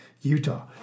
Utah